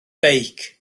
beic